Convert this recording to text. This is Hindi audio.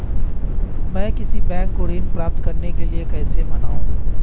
मैं किसी बैंक को ऋण प्राप्त करने के लिए कैसे मनाऊं?